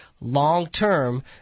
long-term